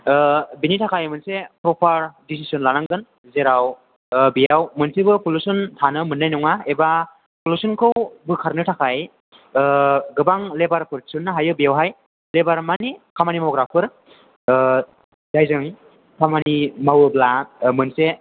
बेनि थाखाय मोनसे प्रपार दिसिस'न लानांगोन जेराव बेयाव मोनसेबो पलिउसन थानो मोननाय नङा एबा पलिउसनखौ बोखारनो थाखाय गोबां लेबारफोर थिसननो हायो बेवहाय लेबार माने खामानि मावग्राफोर जायजों खामानि मावोब्ला मोनसे